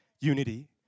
unity